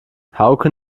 hauke